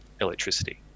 electricity